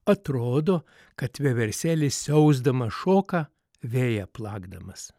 atrodo kad vieversėlis siausdamas šoka vėją plakdamas